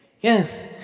Yes